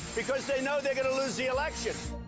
because they know they're going to lose the election.